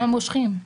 לא מאשרים את זה,